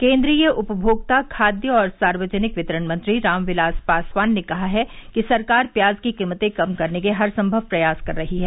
केन्द्रीय उपभोक्ता खाद्य और सार्वजनिक वितरण मंत्री रामविलास पासवान ने कहा है कि सरकार प्याज की कीमते कम करने के हर सम्मव प्रयास कर रही है